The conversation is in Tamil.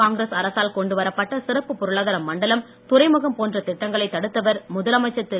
கா ங்கிரஸ் அரசால் கொண்டுவரப்பட்ட சிறப்பு பொருளாதார மண்டலம் துறைழுகம் போன்ற திட்டங்களை தடுத்தவர் முதலமைச்சர் திரு